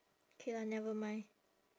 K lah never mind